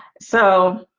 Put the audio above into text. so